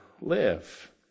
live